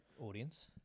audience